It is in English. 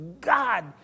God